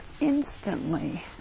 instantly